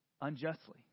unjustly